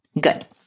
Good